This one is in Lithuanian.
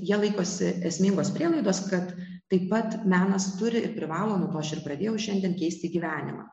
jie laikosi esmingos prielaidos kad taip pat menas turi ir privalo nuo ko aš ir pradėjau šiandien keisti gyvenimą